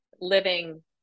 living